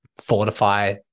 fortify